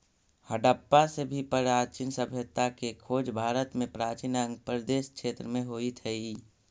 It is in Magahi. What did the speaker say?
हडप्पा से भी प्राचीन सभ्यता के खोज भारत में प्राचीन अंग प्रदेश क्षेत्र में होइत हई